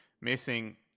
missing